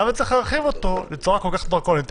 למה צריך להרחיב אותו בצורה כל כך דרקונית.